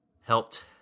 helped